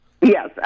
Yes